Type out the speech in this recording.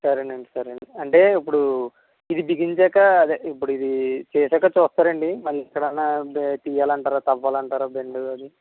సరే అండి సరే అండి అంటే ఇప్పుడు ఇది బిగించాక అదే ఇప్పుడు ఇది చేసాక చూస్తారు అండి మరి ఎక్కడన్న అదే తియాలి అంటారా తవ్వాలి అంటారా బెండ్ అది